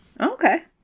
Okay